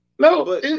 No